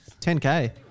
10k